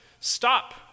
stop